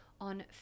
on